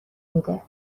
میده